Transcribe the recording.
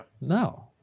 No